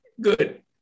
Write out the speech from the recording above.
good